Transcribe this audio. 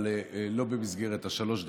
אבל לא במסגרת שלוש הדקות.